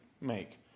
make